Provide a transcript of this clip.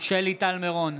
דב מלביצקי,